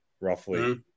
roughly